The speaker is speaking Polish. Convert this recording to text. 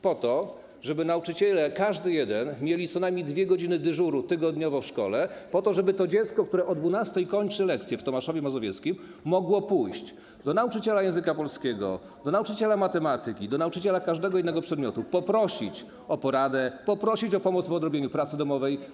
Chodzi o to, żeby nauczyciele, każdy jeden, mieli co najmniej 2 godziny dyżuru tygodniowo w szkole po to, żeby to dziecko, które o godz. 12 kończy lekcje w Tomaszowie Mazowieckim, mogło pójść do nauczyciela języka polskiego, do nauczyciela matematyki, do nauczyciela każdego innego przedmiotu i poprosić o poradę, poprosić o pomoc w odrobieniu pracy domowej.